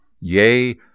Yea